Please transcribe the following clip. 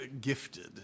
gifted